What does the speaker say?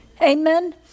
Amen